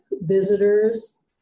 visitors